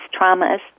traumas